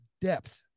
depth